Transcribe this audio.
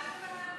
אמרתי לך.